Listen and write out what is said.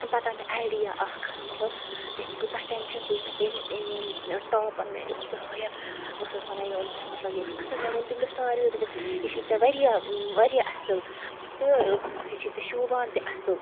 پَتہٕ آو مےٚ آیڈیا اَکھ مطلب تٔمۍ کۭژاہ ٹیٚنشَن تُجۍ مےٚ تٔمۍ ٲں ییٚمۍ ٹاپَن میٛانہِ خۄدایا بہٕ ٲسٕس وَنان یہِ اوٚن مےٚ مطلب یہِ اوس اصٕل مےٚ ووٚن تَمہِ دۄہ ساروٕیو دوٚپُکھ یہِ چھُے ژےٚ واریاہ واریاہ اصٕل تہٕ ٲں یہِ چھُے ژےٚ شوٗبان تہِ اصٕل